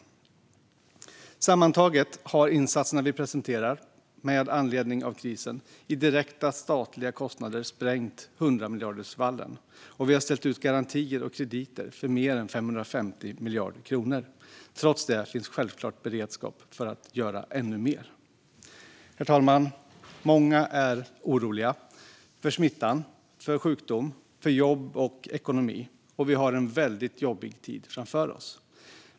Sammantaget har de insatser vi presenterar med anledning av krisen sprängt 100-miljardersvallen i direkta statliga kostnader. Vi har också ställt ut garantier och krediter för mer än 550 miljarder kronor. Trots det finns det självklart beredskap för att göra ännu mer. Herr talman! Många är oroliga för smitta, för sjukdom och för jobb och ekonomi. Vi har en väldigt jobbig tid framför oss.